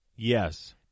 Yes